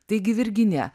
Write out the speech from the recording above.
taigi virginija